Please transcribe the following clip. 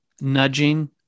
nudging